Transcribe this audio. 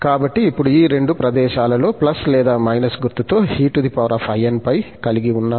కాబట్టి ఇప్పుడు ఈ రెండు ప్రదేశాలలో లేదా గుర్తుతో einπ కలిగి ఉన్నాము